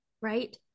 Right